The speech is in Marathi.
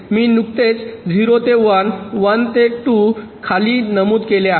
मी नुकतेच ० ते १ १ ते २ खाली नमूद केले आहे